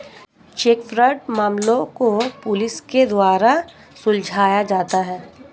check fraud मामलों को police के द्वारा सुलझाया जाता है